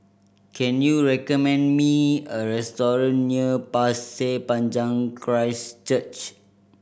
can you recommend me a restaurant near Pasir Panjang Christ Church